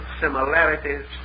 similarities